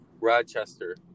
Rochester